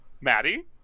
Maddie